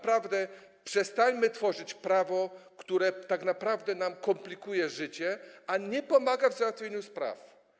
Przestańmy tworzyć prawo, które tak naprawdę nam komplikuje życie, a nie pomaga w załatwianiu spraw.